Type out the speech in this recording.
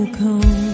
come